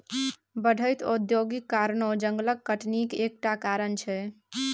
बढ़ैत औद्योगीकरणो जंगलक कटनीक एक टा कारण छै